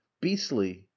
beastly